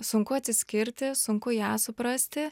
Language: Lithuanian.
sunku atsiskirti sunku ją suprasti